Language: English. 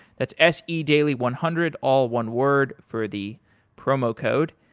that's s e daily one hundred, all one word for the promo code.